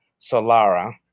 Solara